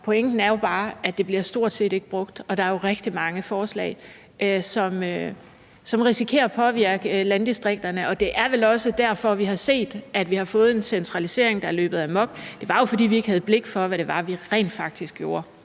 Pointen er bare, at det stort set ikke bliver brugt, og der er jo mange forslag, som risikerer at påvirke landdistrikterne. Det er vel også derfor, vi har set, at vi har fået en centralisering, der er gået amok. Det var jo, fordi vi ikke havde blik for, hvad det var, vi rent faktisk gjorde.